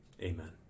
Amen